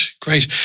Great